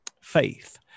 Faith